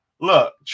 Look